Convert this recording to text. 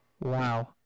Wow